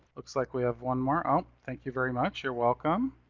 looks like we have one more out. thank you very much. you're welcome.